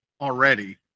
already